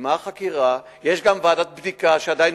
הושלמה החקירה, יש גם ועדת בדיקה, שעדיין